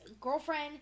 girlfriend